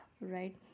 right